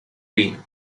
been